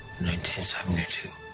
1972